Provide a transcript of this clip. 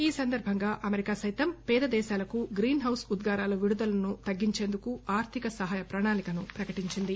ఈ సందర్బంగా అమెరికా సైతం పేద దేశాలు గ్రీన్ హౌస్ ఉద్గారాలు విడుదలను తగ్గించేందుకు ఆర్ధిక సహాయ ప్రయాణికును ప్రకటించింది